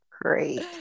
Great